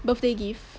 birthday gift